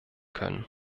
können